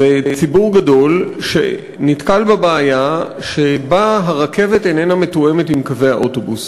זה ציבור גדול שנתקל בבעיה שהרכבת אינה מתואמת עם קווי האוטובוס.